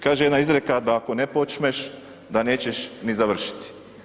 Kaže jedna izreka da ako ne počneš da nećeš ni završiti.